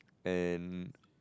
and